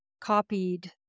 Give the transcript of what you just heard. copied